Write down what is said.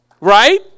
Right